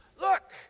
Look